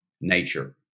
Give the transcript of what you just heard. nature